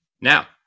Now